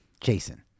Jason